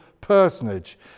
personage